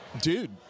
dude